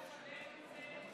אתה שלם עם זה,